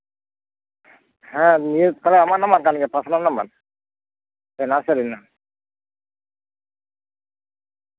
ᱦᱮᱸ ᱱᱤᱭᱟᱹ ᱛᱟᱦᱚᱞᱮ ᱟᱢᱟᱜ ᱱᱟᱢᱵᱟᱨ ᱠᱟᱱ ᱜᱮᱭᱟ ᱛᱚ ᱯᱟᱨᱥᱚᱱᱟᱞ ᱱᱟᱢᱵᱟᱨ ᱥᱮ ᱱᱟᱨᱥᱟᱨᱤ ᱨᱮᱭᱟᱜ